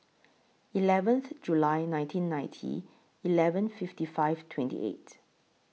eleventh July nineteen ninety eleven fifty five twenty eight